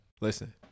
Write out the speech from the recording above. Listen